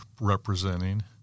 representing